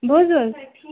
بوزِو حظ